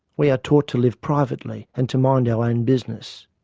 we are taught to live privately, and to mind our own business.